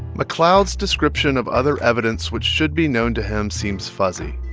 mcleod's description of other evidence which should be known to him seems fuzzy.